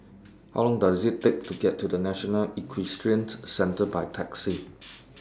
How Long Does IT Take to get to National Equestrian Centre By Taxi